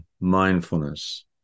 mindfulness